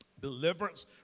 deliverance